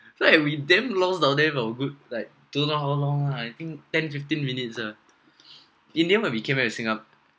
then we damn lost down there for good like don't know how long lah I think ten fifteen minutes ah in the end when we came back to singapore